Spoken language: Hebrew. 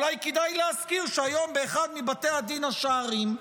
אולי כדאי להזכיר שהיום באחד מבתי הדין השרעיים,